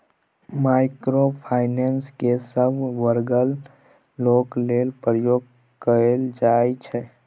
micro finance केँ सब बर्गक लोक लेल प्रयोग कएल जाइ छै